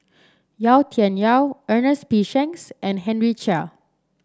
Yau Tian Yau Ernest P Shanks and Henry Chia